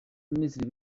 minisitiri